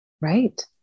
Right